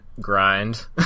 grind